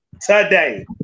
today